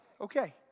okay